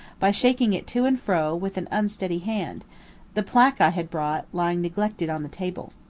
by shaking it to and fro with an unsteady hand the placque i had brought, lying neglected on the table.